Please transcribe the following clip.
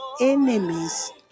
enemies